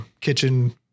kitchen